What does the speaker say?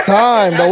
time